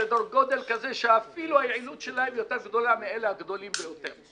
בסדר גודל כזה שאפילו היעילות שלהם יותר גדולה מאלה הגדולים ביותר.